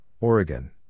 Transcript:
Oregon